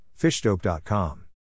Fishdope.com